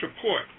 support